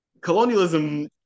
colonialism